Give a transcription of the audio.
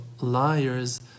liars